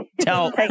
Tell